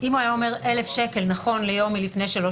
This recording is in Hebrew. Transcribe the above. אם הוא היה אומר "1,000 ש"ח נכון ליום מלפני שלוש